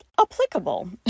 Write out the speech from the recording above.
Applicable